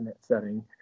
setting